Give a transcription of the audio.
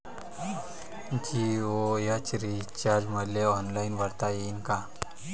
जीओच रिचार्ज मले ऑनलाईन करता येईन का?